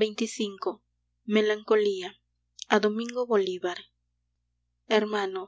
xxv melancolía a domingo bolívar hermano